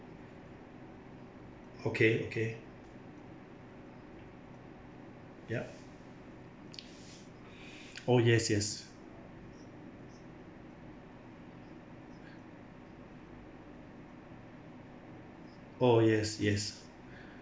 okay okay yup oh yes yes oh yes yes